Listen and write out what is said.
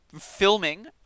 filming